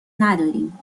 نداریم